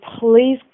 Please